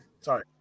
Sorry